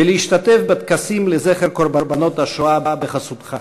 ולהשתתף בטקסים לזכר קורבנות השואה בחסותך.